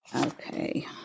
Okay